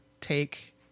take